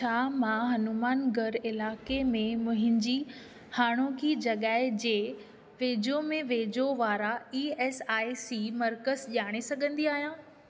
छा मां हनुमानगढ़ इलाइक़े में मुंहिंजी हाणोकी जॻहि जे वेझो में वेझो वारा ई एस आइ सी मर्कज़ ॼाणे सघंदी आहियां